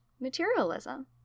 materialism